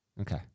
Okay